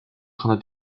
train